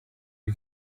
you